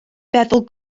feddwl